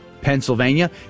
Pennsylvania